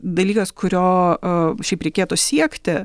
dalykas kurio a šiaip reikėtų siekti